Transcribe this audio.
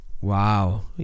wow